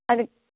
அது